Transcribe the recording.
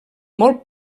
molt